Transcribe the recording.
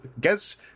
guess